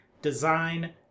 Design